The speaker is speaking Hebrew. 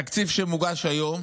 התקציב שמוגש היום